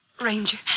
Ranger